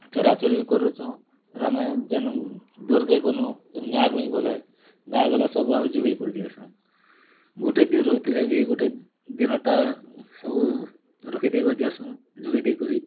ଚରା ଚରି କରୁଛୁଁ ରେ ଆମେ ଯେନ୍ ଦୂର୍ କେ ଗନୁ କେନ୍ ଗାଁକୁ ହିଁ ଗଲେ ଗାଁ ଗଲେ ସବୁ ଆମେ ଯୁଗେଇ କରି ଦେଇ ଆସୁଁ ଗୁଟେ ଦିନ୍ ରହୁଥିଲେ ବି ଗୁଟେ ଦିନ୍ ଟା ସବୁ ରଖି ଦେଇ କରି ଯେ ଆସୁଁ ଯୁଗେଇ ଦେଇ କରି